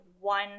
one